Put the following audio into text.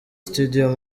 studio